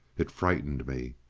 it frightened me.